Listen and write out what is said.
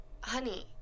honey